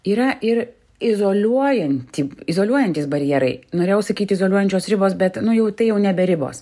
yra ir izoliuojanti izoliuojantys barjerai norėjau sakyt izoliuojančios ribos bet nu jau tai jau nebe ribos